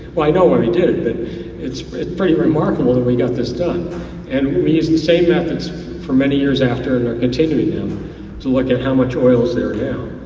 well i know how we did it, but it's pretty remarkable that we got this done and we used the same methods for many years after and we're continuing them to look at how much oil is there now.